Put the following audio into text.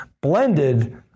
blended